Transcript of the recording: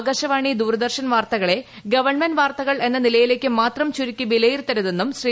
ആകാശവാണി ദൂരദർശൻ വാർത്തകളെ ഗവൺമെന്റ് വാർത്തകൾ എന്ന നിലയിലേക്കു മാത്രം ചുരുക്കി വിലയിരുത്തരുതെന്നും ശ്രീ